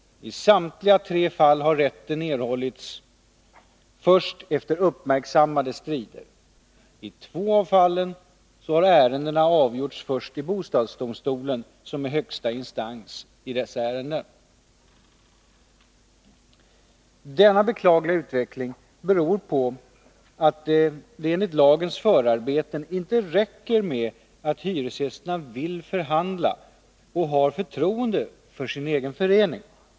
I samtliga tre fall har rätten erhållits först efter uppmärksammade strider. I två av fallen har ärendena avgjorts först i bostadsdomstolen, som är högsta instans i dessa ärenden. Denna beklagliga utveckling beror på att det enligt lagens förarbeten inte räcker med att hyresgästerna vill förhandla och har förtroende för sin egen förening.